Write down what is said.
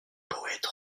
poètes